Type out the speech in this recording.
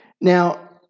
Now